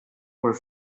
were